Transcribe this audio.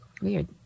Weird